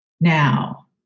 Now